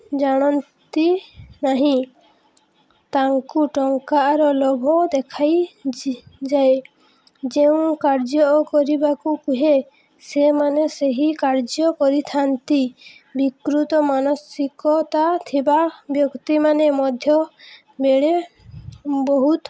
ଜାଣନ୍ତି ନାହିଁ ତାଙ୍କୁ ଟଙ୍କାର ଲୋଭ ଦେଖାଇଯାଏ ଯେଉଁ କାର୍ଯ୍ୟ କରିବାକୁ କୁହେ ସେମାନେ ସେହି କାର୍ଯ୍ୟ କରିଥାନ୍ତି ବିକୃତ ମାନସିକତା ଥିବା ବ୍ୟକ୍ତିମାନେ ମଧ୍ୟ ବେଳେ ବହୁତ